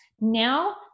Now